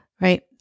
right